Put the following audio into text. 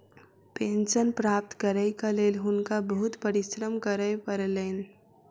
pension प्राप्त करैक लेल हुनका बहुत परिश्रम करय पड़लैन